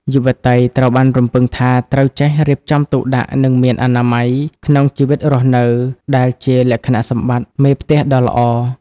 យុវតីត្រូវបានរំពឹងថា ត្រូវចេះ "រៀបចំទុកដាក់ និងមានអនាម័យ" ក្នុងជីវិតរស់នៅ ដែលជាលក្ខណៈសម្បត្តិមេផ្ទះដ៏ល្អ។